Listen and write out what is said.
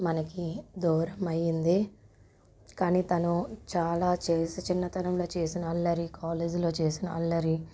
మనకి దూరమైంది కానీ తను చాలా చేసే చిన్నతనంలో చేసిన అల్లరి కాలేజీలో చేసిన అల్లరి